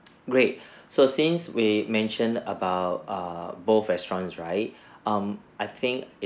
great so since we mentioned about err both restaurants right um I think